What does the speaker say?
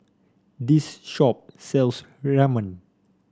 this shop sells Ramen